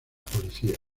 policía